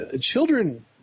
Children